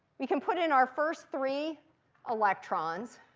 we can put in our first three electrons.